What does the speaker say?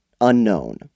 unknown